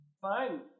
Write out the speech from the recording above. fine